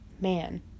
man